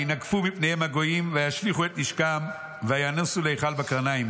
ויינגפו מפניהם הגויים וישליכו את נשקם וינוסו להיכל בקרניים.